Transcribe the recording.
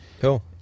Cool